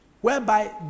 whereby